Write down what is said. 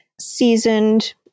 seasoned